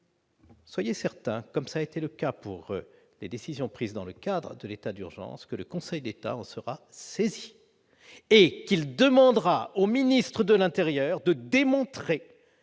Soyez certains comme ça été le cas pour les décisions prises dans le cadre de l'état d'urgence que le Conseil d'État en sera saisi. Et qu'il demandera au ministre de l'Intérieur de démontrer